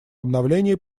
обновлении